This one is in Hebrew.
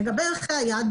לגבי ערכי היעד,